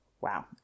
Wow